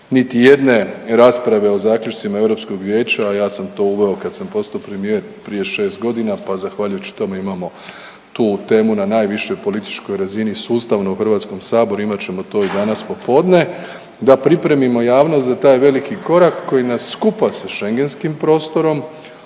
niti jedne rasprave o zaključcima Europskog vijeća, a ja sam to uveo kad sam postao premijer prije šest godina pa zahvaljujući tome imamo tu temu na najvišoj političkoj razini sustavno u HS-u, imat ćemo to danas popodne da pripremimo javnost za taj veliki korak koji nas skupa sa schengenskim prostorom